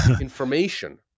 information